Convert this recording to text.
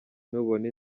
nubona